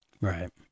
Right